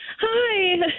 Hi